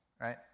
right